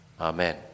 Amen